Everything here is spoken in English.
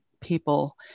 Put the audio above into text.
people